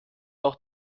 auch